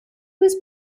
was